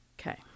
Okay